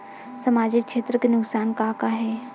सामाजिक क्षेत्र के नुकसान का का हे?